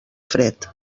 fred